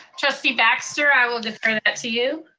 trustee baxter, i will defer that to you.